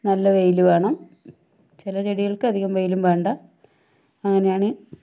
നല്ല വെയില് വേണം ചില ചെടികൾക്ക് അധികം വെയിലും വേണ്ട അങ്ങനെയാണ്